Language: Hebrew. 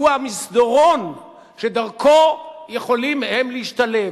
הוא המסדרון שדרכו יכולים הם להשתלב,